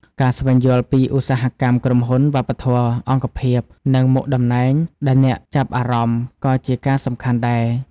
ការស្វែងយល់ពីឧស្សាហកម្ម ក្រុមហ៊ុន វប្បធម៌ អង្គភាព និងមុខតំណែងដែលអ្នកចាប់អារម្មណ៍ក៏ជាការសំខាន់ដែរ។